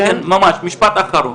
ממש, משפט אחרון.